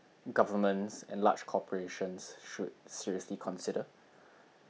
governments and large corporations should seriously consider